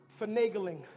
finagling